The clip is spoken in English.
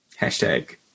hashtag